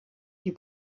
die